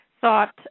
thought